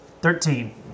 Thirteen